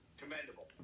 Commendable